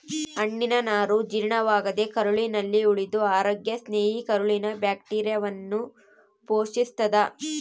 ಹಣ್ಣಿನನಾರು ಜೀರ್ಣವಾಗದೇ ಕರಳಲ್ಲಿ ಉಳಿದು ಅರೋಗ್ಯ ಸ್ನೇಹಿ ಕರುಳಿನ ಬ್ಯಾಕ್ಟೀರಿಯಾವನ್ನು ಪೋಶಿಸ್ತಾದ